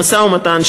המשא-ומתן,